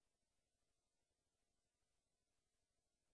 אולי, לא רציתי להגיד